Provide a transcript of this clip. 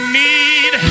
need